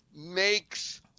makes